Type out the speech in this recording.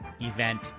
event